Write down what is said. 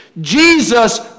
Jesus